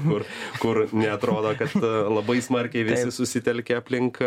kur kur neatrodo kad labai smarkiai visi susitelkia aplink